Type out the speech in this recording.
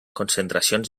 concentracions